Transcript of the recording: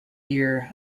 year